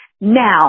now